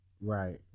Right